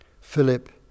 Philip